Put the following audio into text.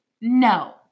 No